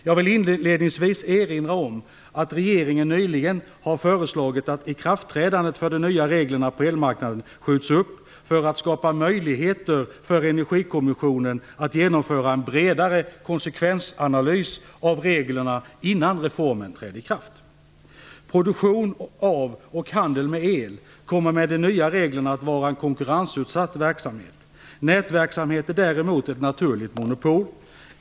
Jag vill inledningsvis erinra om att regeringen nyligen har föreslagit att ikraftträdandet för de nya reglerna på elmarknaden skjuts upp för att skapa möjlighet för Energikommissionen att genomföra en bredare konsekvensanalys av reglerna innan reformen träder i kraft. Produktionen av och handel med el kommer med de nya reglerna att vara en konkurrensutsatt verksamhet. Nätverksamhet är däremot ett naturligt monopol.